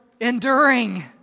enduring